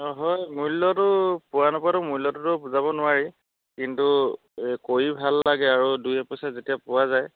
অঁ হয় মূল্যটো পোৱা নোপোৱাটো মূল্যটোতো বুজাব নোৱাৰি কিন্তু এ কৰি ভাল লাগে আৰু দুই এপইচা যেতিয়া পোৱা যায়